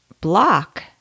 block